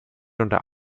unter